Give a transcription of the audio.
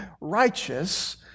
righteous